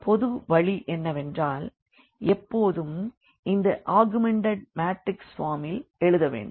பொது வழி என்னவென்றால் எப்போதும் இந்த ஆகுமென்டட் மாட்ரிக்ஸ் பார்மில் எழுத வேண்டும்